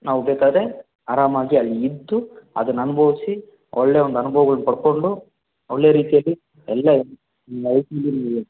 ನಾವು ಬೇಕಾದರೆ ಆರಾಮಾಗಿ ಅಲ್ಲಿ ಇದ್ದು ಅದನ್ನು ಅನುಭವ್ಸಿ ಒಳ್ಳೆಯ ಒಂದು ಅನುಭವಗಳನ್ನ ಪಡ್ಕೊಂಡು ಒಳ್ಳೆಯ ರೀತಿಯಲ್ಲಿ ಎಲ್ಲ